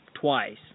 twice